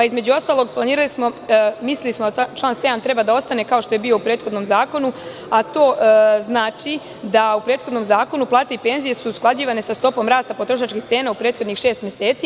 Između ostalog, mislili smo da član 7. treba da ostane, kao što je bio u prethodnom zakonu, a to znači da su u prethodnom zakonu plate i penzije usklađivane sa stopom rasta potrošačkih cena u prethodnih šest meseci.